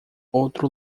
outro